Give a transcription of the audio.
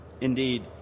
Indeed